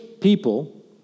people